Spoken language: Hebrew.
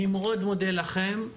אני מאוד מודה לכם.